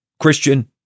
Christian